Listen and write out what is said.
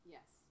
Yes